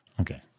Okay